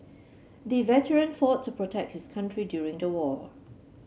the veteran fought to protect his country during the war